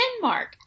denmark